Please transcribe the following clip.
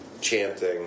chanting